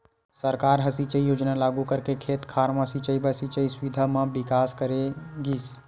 सरकार ह सिंचई योजना लागू करके खेत खार म सिंचई बर सिंचई सुबिधा म बिकास करे गिस